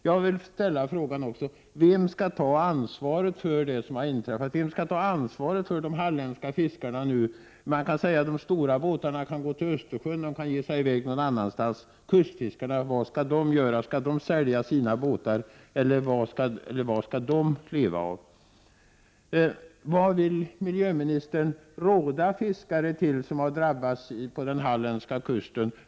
Jag vill ställa frågan: Vem skall ta ansvaret för det som har inträffat? Vem skall ta ansvaret för de halländska fiskarna nu? De stora båtarna kan gå till Östersjön eller ge sig i väg någon annanstans, men kustfiskarna— vad skall de göra? Skall de sälja sina båtar eller vad skall de leva av? Vad vill miljöministern råda de fiskare på den halländska kusten som har drabbats att göra?